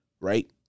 right